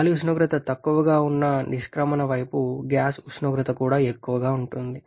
గాలి ఉష్ణోగ్రత ఎక్కువగా ఉన్న నిష్క్రమణఎగ్జిట్ వైపు గ్యాస్ ఉష్ణోగ్రత కూడా ఎక్కువగా ఉంటుంది